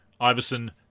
Iverson